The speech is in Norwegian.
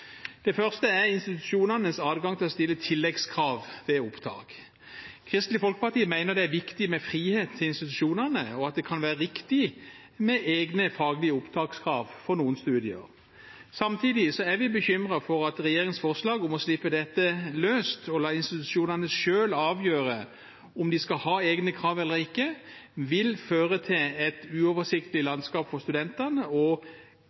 Det første er institusjonenes adgang til å stille tilleggskrav ved opptak. Kristelig Folkeparti mener det er viktig med frihet til institusjonene, og at det kan være riktig med egne faglige opptakskrav for noen studier. Samtidig er vi bekymret for at regjeringens forslag om å slippe dette løst og la institusjonene selv avgjøre om de skal ha egne krav eller ikke, vil føre til et uoversiktlig landskap for studentene og